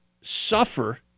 suffer